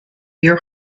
your